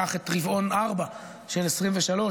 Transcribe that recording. קח את רבעון 4 של 2023,